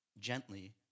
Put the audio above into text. gently